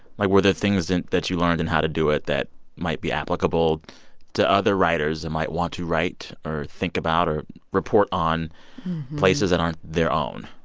like, were there things that you learned in how to do it that might be applicable to other writers that might want to write or think about or report on places that aren't their own?